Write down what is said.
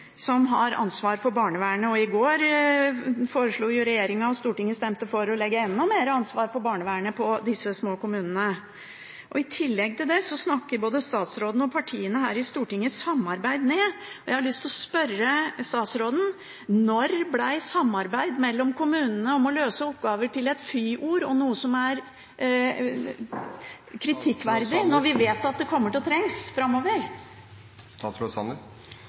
som har ansvar for barnevernet. I går foreslo regjeringen – og Stortinget stemte for – å legge enda mer ansvar for barnevernet på disse små kommunene. I tillegg snakker både statsråden og partiene her i Stortinget samarbeid ned. Jeg har lyst til å spørre statsråden: Når ble samarbeid mellom kommunene om å løse oppgaver til fyord og noe som er kritikkverdig, når vi vet at det kommer til å trenges framover?